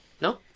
No